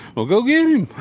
well, go get him.